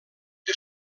que